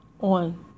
on